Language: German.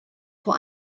vor